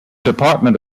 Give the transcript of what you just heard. department